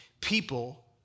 people